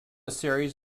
series